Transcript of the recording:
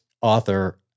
author